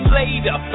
later